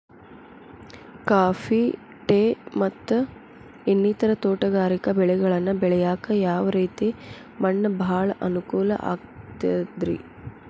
Coffee, tea, ಮತ್ತ ಇನ್ನಿತರ ತೋಟಗಾರಿಕಾ ಬೆಳೆಗಳನ್ನ ಬೆಳೆಯಾಕ ಯಾವ ರೇತಿ ಮಣ್ಣ ಭಾಳ ಅನುಕೂಲ ಆಕ್ತದ್ರಿ?